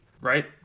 Right